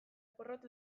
porrot